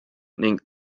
ning